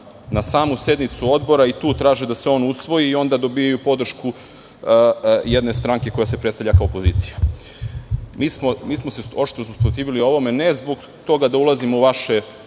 na samu sednicu Odbora i tu traže da se on usvoji i onda dobijaju podršku jedne stranke koja se predstavlja kao opozicija. Mi smo se oštro usprotivili ovome ne zbog toga da ulazimo u vaše